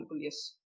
yes